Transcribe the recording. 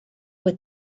with